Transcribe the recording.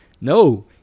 no